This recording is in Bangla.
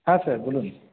হ্যাঁ স্যার বলুন